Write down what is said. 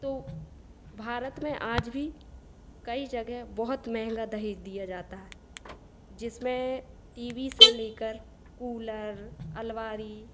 तो भारत में आज भी कई जगह बहुत महंगा दहेज दिया जाता है जिसमें टी वी से लेकर कूलर अलमारी